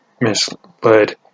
misled